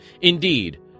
Indeed